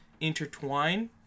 intertwine